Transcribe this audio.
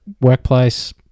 workplace